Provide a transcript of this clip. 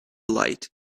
light